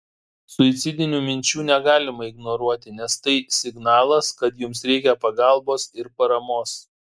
suicidinių minčių negalima ignoruoti nes tai signalas kad jums reikia pagalbos ir paramos